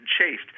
chased